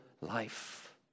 life